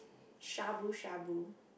shabu shabu